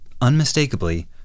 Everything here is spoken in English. unmistakably